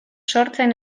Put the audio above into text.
sortzen